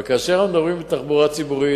אבל כאשר אנחנו מדברים על תחבורה ציבורית,